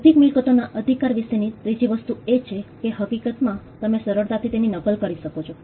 બૌદ્ધિક મિલકતો ના અધિકાર વિશે ની ત્રીજી વસ્તુ એ છે કે હકીકત માં તને સરળતાથી તેની નકલ કરી શકો છો